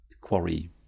quarry